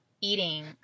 eating